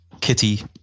kitty